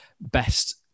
best